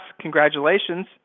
congratulations